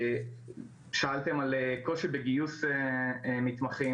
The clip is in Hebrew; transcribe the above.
שאלתם על קושי בגיוס מתמחים,